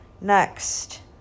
Next